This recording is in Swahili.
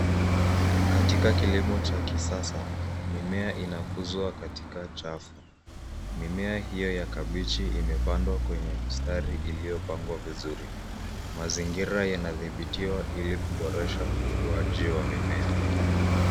Katika kilimo cha kisasa, mimea inakuzwa katika chafu. Mimea hiyo ya kabichi imepandwa kwenye mistari iliyopangwa vizuri. Mazingira yanadhibitiwa ili kuboresha ukuaji wa mimea.